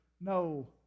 no